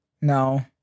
No